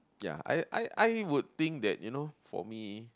ya I I I would think that you know for me